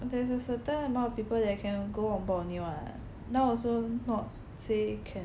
there's a certain amount of people that can go onboard only [what] now also not say can